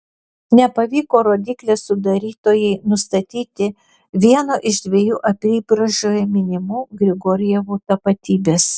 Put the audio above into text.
nepavyko rodyklės sudarytojai nustatyti vieno iš dviejų apybraižoje minimų grigorjevų tapatybės